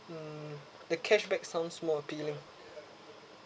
hmm the cashback sounds more appealing